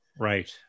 Right